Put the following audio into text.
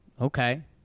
Okay